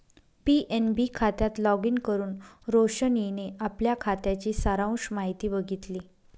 PNB खात्यात login करुन रोशनीने आपल्या खात्याची सारांश माहिती बघितली